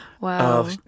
Wow